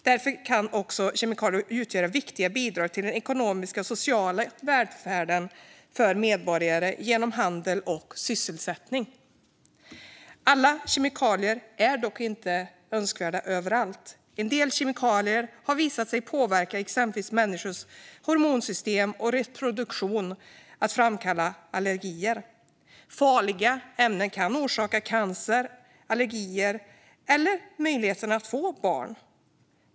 Därför kan kemikalier också utgöra viktiga bidrag till den ekonomiska och sociala välfärden för medborgare genom handel och sysselsättning. Alla kemikalier är dock inte önskvärda överallt. En del kemikalier har visat sig påverka exempelvis människors hormonsystem och reproduktion och kan framkalla allergier. Farliga ämnen kan orsaka cancer och allergier eller påverka möjligheten att få barn.